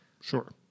Sure